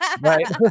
Right